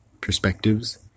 perspectives